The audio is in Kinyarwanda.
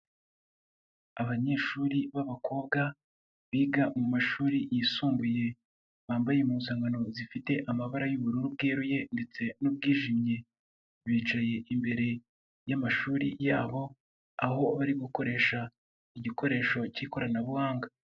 Abanyeshuri b'abakobwa biga mu mashuri yisumbuye, bambaye impuzankano zifite amabara y'ubururu bweruye ndetse n'ubwijimye, bicaye imbere y'amashuri yabo aho bari gukoresha igikoresho cy'ikoranabuhanga.